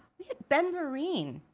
we hit ben vereen.